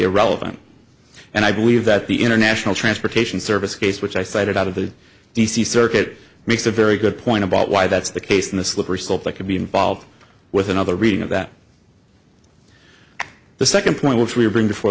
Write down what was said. irrelevant and i believe that the international transportation service case which i cited out of the d c circuit makes a very good point about why that's the case in the slippery slope that could be involved with another reading of that the second point which we bring before